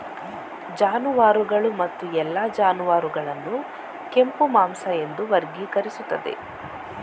ಜಾನುವಾರುಗಳು ಮತ್ತು ಎಲ್ಲಾ ಜಾನುವಾರುಗಳನ್ನು ಕೆಂಪು ಮಾಂಸ ಎಂದು ವರ್ಗೀಕರಿಸುತ್ತದೆ